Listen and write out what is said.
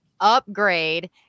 Upgrade